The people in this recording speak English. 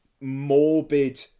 morbid